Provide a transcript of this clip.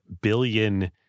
billion